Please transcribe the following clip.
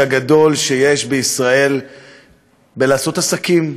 העלו וציינו את הקושי הגדול שיש בישראל לעשות עסקים,